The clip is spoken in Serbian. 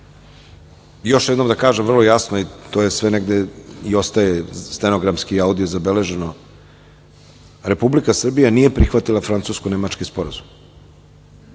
još jednom da kažem vrlo jasno, to je sve negde i ostaje stenogramski i audio zabeleženo, Republika Srbija nije prihvatila francusko-nemački sporazum.